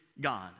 God